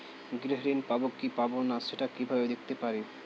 গৃহ ঋণ পাবো কি পাবো না সেটা কিভাবে দেখতে পারি?